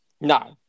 No